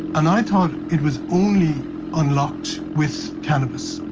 and i thought it was only unlocked with cannabis.